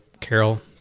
Carol